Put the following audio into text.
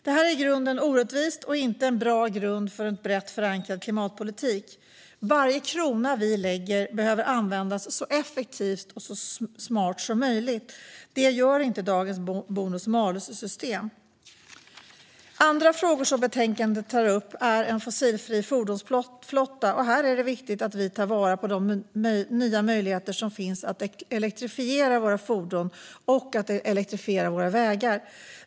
Detta är i grunden orättvist, och det är inte en bra grund för en brett förankrad klimatpolitik. Varje krona vi lägger på detta behöver användas så effektivt och så smart som möjligt. Det görs inte i dagens bonus-malus-system. En annan fråga som tas upp i betänkandet gäller en fossilfri fordonsflotta. Här är det viktigt att vi tar vara på de nya möjligheter som finns att elektrifiera våra fordon och våra vägar.